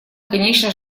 конечно